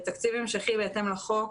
בתקציב המשכי בהתאם לחוק,